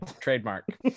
trademark